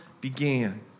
began